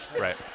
Right